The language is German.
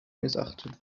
missachtet